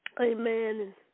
Amen